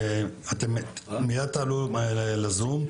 אתם מייד תעלו לזום.